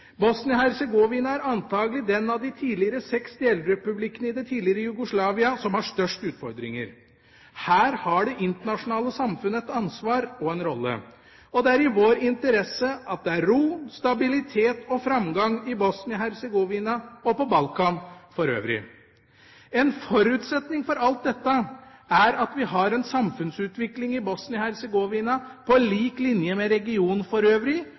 er antakelig den av de seks delrepublikkene i det tidligere Jugoslavia som har størst utfordringer. Her har det internasjonale samfunnet et ansvar og en rolle. Og det er i vår interesse at det er ro, stabilitet og framgang i Bosnia-Hercegovina og på Balkan for øvrig. En forutsetning for alt dette er at vi har en samfunnsutvikling i Bosnia-Hercegovina på lik linje med regionen for øvrig,